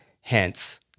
hence